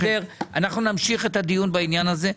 אנחנו נמשיך את הדיון בעניין הזה,